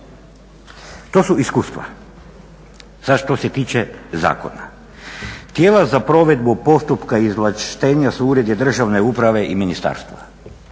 To su iskustva. Sada što se tiče zakona. tijela za provedbu postupka izvlaštenja su uredi državne uprave i ministarstva.